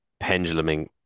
penduluming